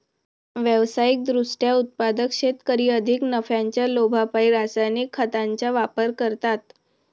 व्यावसायिक दृष्ट्या उत्पादक शेतकरी अधिक नफ्याच्या लोभापायी रासायनिक खतांचा वापर करतात